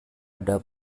ada